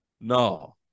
No